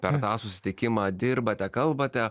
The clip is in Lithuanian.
per tą susitikimą dirbate kalbate